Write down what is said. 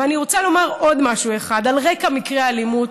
ואני רוצה לומר עוד משהו אחד על רקע מקרי האלימות.